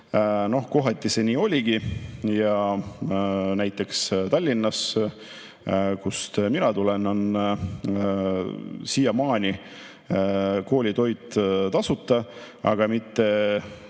Kohati see nii oligi ja näiteks Tallinnas, kust mina tulen, on siiamaani koolitoit tasuta – aga mitte